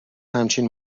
همچین